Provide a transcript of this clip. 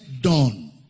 done